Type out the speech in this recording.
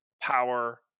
power